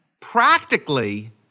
practically